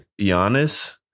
Giannis